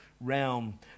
realm